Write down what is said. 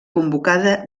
convocada